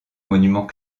monuments